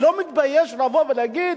אני לא מתבייש לבוא ולהגיד: